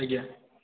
ଆଜ୍ଞା